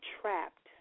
trapped